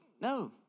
no